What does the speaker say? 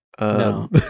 No